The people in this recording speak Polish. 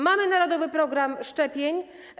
Mamy „Narodowy program szczepień”